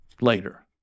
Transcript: later